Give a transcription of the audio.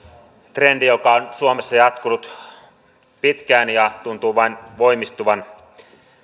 trendi joka on suomessa jatkunut pitkään ja tuntuu vain voimistuvan